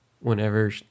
Whenever